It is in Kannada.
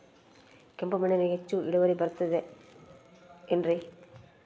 ಕೆಂಪು ಮಣ್ಣಲ್ಲಿ ಹೆಚ್ಚು ಇಳುವರಿ ಬರುತ್ತದೆ ಏನ್ರಿ?